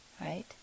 Right